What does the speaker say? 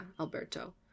Alberto